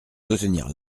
soutenir